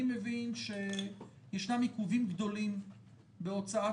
אני מבין שישנם עיכובים גדולים בהוצאת